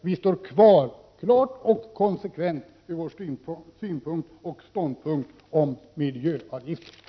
Vi står kvar, klart och konsekvent, vid våra ståndpunkter när det gäller miljöavgifterna.